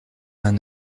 vingt